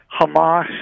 Hamas